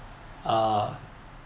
uh